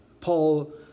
Paul